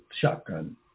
shotgun